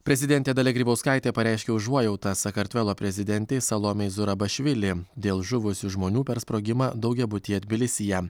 prezidentė dalia grybauskaitė pareiškė užuojautą sakartvelo prezidentei salomei zurabišvili dėl žuvusių žmonių per sprogimą daugiabutyje tbilisyje